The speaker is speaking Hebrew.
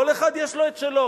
כל אחד יש לו את שלו.